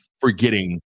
forgetting